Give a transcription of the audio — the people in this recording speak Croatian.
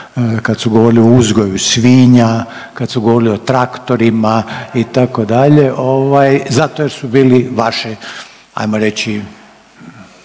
kad su govorili o uzgoju svinja, kad su govorili o traktorima itd. ovaj, zato jer su bili vaše ajmo reći